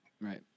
Right